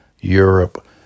Europe